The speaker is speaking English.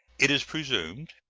it is presumed,